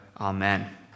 Amen